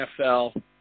NFL